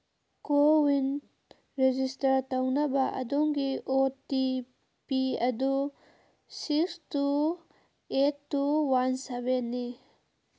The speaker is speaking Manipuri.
ꯀꯣꯋꯤꯟ ꯔꯦꯖꯤꯁꯇꯔ ꯇꯧꯅꯕ ꯑꯗꯣꯝꯒꯤ ꯑꯣ ꯇꯤ ꯄꯤ ꯑꯗꯨ six two eight two one ꯁꯕꯦꯟꯅꯤ